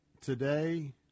today